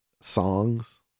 songs